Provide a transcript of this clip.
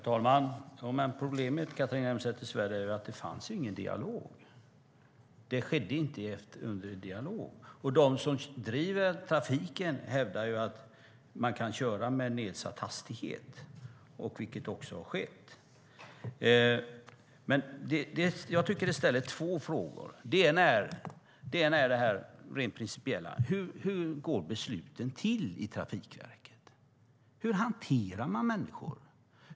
Fru talman! Problemet är att det inte fanns någon dialog, Catharina Elmsäter-Svärd. Det skedde inte efter dialog. De som driver trafiken hävdar att man kan köra med nedsatt hastighet, vilket också har skett. Det handlar om två frågor. Den ena är rent principiell. Hur går besluten till på Trafikverket? Hur hanterar man människor?